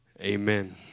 Amen